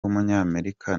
w’umunyamerika